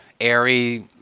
airy